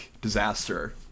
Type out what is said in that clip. disaster